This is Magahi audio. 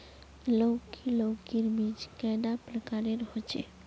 लौकी लौकीर बीज कैडा प्रकारेर होचे?